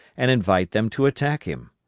and invite them to attack him.